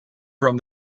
from